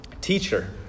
Teacher